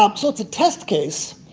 um so it's a test case.